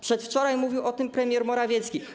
Przedwczoraj mówił o tym premier Morawiecki.